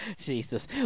jesus